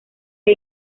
que